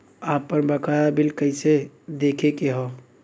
आपन बकाया बिल कइसे देखे के हौ?